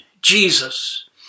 Jesus